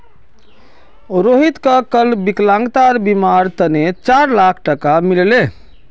रोहितक कल विकलांगतार बीमार तने चार लाख टका मिल ले